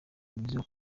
imizigo